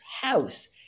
house